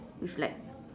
with like